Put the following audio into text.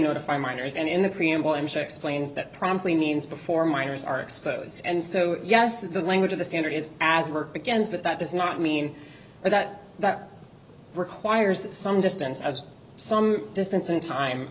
notify miners and in the preamble and six lanes that promptly means before miners are exposed and so yes the language of the standard is as we're against but that does not mean that that requires some distance as some distance in time